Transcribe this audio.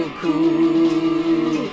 cool